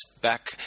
back